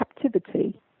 captivity